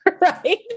right